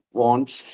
wants